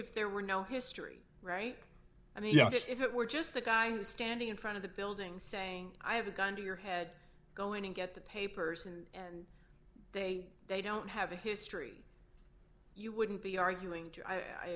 if there were no history right i mean if it were just the guy standing in front of the building saying i have a gun to your head go in and get the papers and they they don't have a history you wouldn't be arguing